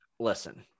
Listen